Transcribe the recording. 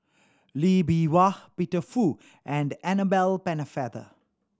Lee Bee Wah Peter Fu and the Annabel Pennefather